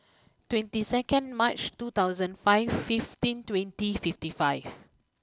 twenty second March two thousand five fifteen twenty fifty five